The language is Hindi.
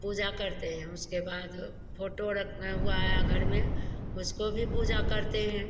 पूजा करते हैं उसके बाद फोटो हुआ है घर में उसको भी पूजा करते हैं